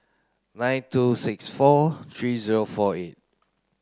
nine two six four three zero four eight